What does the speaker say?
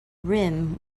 rim